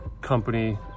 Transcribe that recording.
company